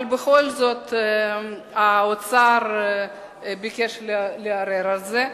אבל בכל זאת האוצר ביקש לערער על זה.